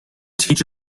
teach